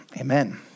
amen